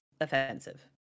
offensive